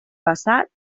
passat